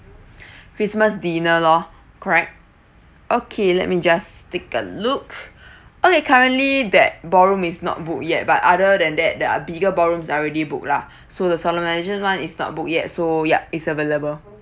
christmas dinner lor correct okay let me just take a look okay currently that ballroom is not booked yet but other than that there are bigger ballrooms are already booked lah so the solemnization [one] is not booked yet so ya is available